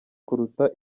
kuruta